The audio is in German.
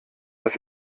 das